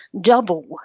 double